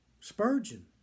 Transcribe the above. Spurgeon